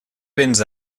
béns